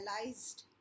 realized